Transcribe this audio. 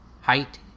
height